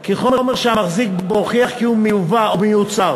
כי חומר שהמחזיק בו הוכיח כי הוא מיובא או מיוצר